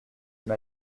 m’a